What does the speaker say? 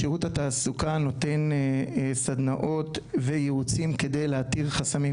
שירות התעסוקה נותן סדנאות ויעוצים כדי להתיר חסמים.